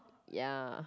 ya